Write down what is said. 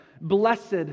blessed